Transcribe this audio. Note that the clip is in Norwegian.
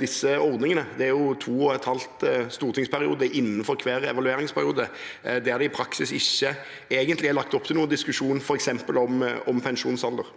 disse ordningene? Det er jo to og en halv stortingsperiode innenfor hver evalueringsperiode der det i praksis ikke er lagt opp til noen diskusjon f.eks. om pensjonsalder.